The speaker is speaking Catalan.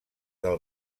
del